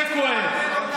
זה כואב.